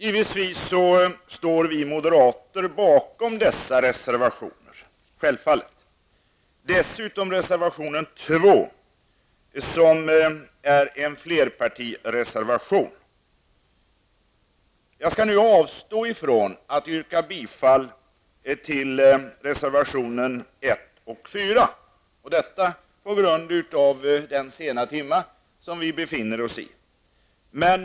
Vi moderater står självfallet bakom dessa reservationer. Dessutom står vi bakom reservation nr 2 som är en flerpartireservation. På grund av den sena timma som vi befinner oss i skall jag nu avstå från att yrka bifall till reservationerna nr 1 och nr 4.